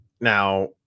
Now